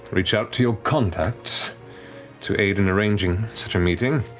reach out to your contacts to aid in arranging such a meeting.